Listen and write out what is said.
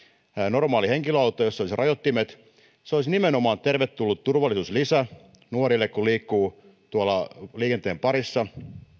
normaalia henkilöautoa jossa olisi rajoittimet se olisi nimenomaan tervetullut turvallisuuslisä nuorille kun liikkuvat tuolla liikenteen parissa